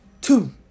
Two